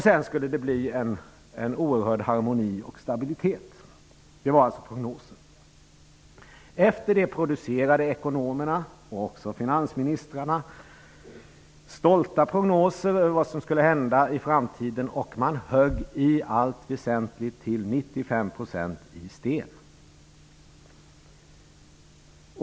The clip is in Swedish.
Sedan skulle det bli en oerhörd harmoni och stabilitet. Det var alltså prognosen. Efter detta producerade ekonomerna och också finansministrarna stolta prognoser över vad som skulle hända i framtiden. Men man högg i allt väsentligt till 95 % i sten.